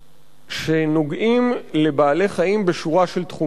שנוגעים לבעלי-חיים בשורה של תחומים.